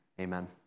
Amen